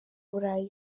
burayi